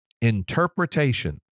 interpretation